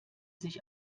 sich